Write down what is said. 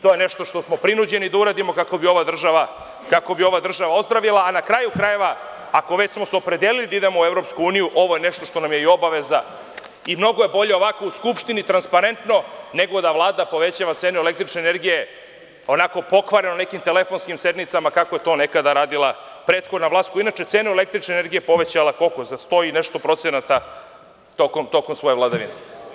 To je nešto što smo prinuđeni da uradimo kako bi ova država ozdravila, a na kraju krajeva, ako smo se već opredelili da idemo u EU, ovo je nešto što nam je i obaveza i mnogo je bolje ovako u Skupštini, transparentno, nego da Vlada povećava cenu električne energije onako pokvareno, na nekim telefonskim sednicama kako je to nekada radila prethodna vlast, koja je inače cenu električne energije povećala za sto i nešto procenata tokom svoje vladavine.